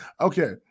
Okay